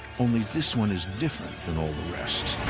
only this one is different than all the rest.